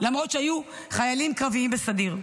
למרות שהיו חיילים קרביים בסדיר.